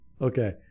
Okay